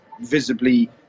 visibly